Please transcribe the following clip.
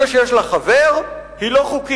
ברגע שיש לה חבר, היא לא חוקית".